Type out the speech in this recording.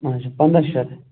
اَچھا پنٛداہ شَتھ